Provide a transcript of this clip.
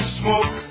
smoke